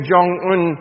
Jong-un